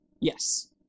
Yes